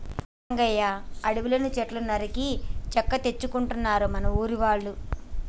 అవును రంగయ్య అడవిలోని సెట్లను నరికి చెక్క తెచ్చుకుంటారు మా ఊరి వాళ్ళు